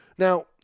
Now